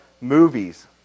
movies